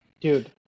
Dude